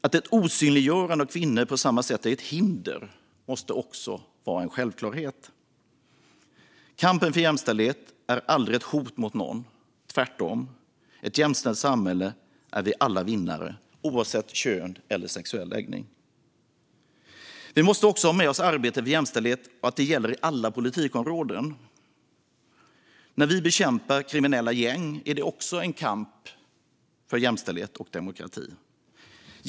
Att ett osynliggörande av kvinnor på samma sätt är ett hinder måste också vara en självklarhet. Kampen för jämställdhet är aldrig ett hot mot någon - tvärtom. I ett jämställt samhälle är vi alla vinnare oavsett kön eller sexuell läggning. Vi måste också ha med oss att arbetet för jämställdhet gäller på alla politikområden. När vi bekämpar kriminella gäng är det också en kamp för jämställdhet och demokrati.